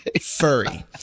furry